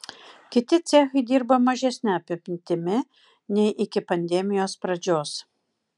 kiti cechai dirba mažesne apimtimi nei iki pandemijos pradžios